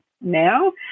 now